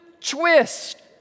twist